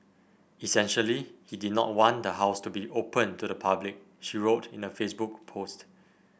essentially he did not want the house to be open to the public she wrote in a Facebook post